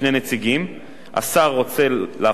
השר רוצה להפוך את זה לממלא-מקום אחד,